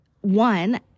one